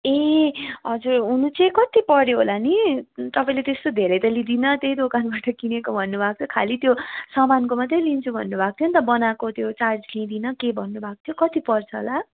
ए हजुर हुनु चाहिँ कति पर्यो होला नि तपाईँले त्यस्तो धेरै त लिँदिनँ त्यही दोकानबाट किनेको भन्नु भएको थियो खालि त्यो सामानको मात्रै लिन्छु भन्नु भएको थियो अन्त बनाएको त्यो बनाएको त्यो चार्ज लिँदिनँ के भन्नु भएको थियो कति पर्छ होला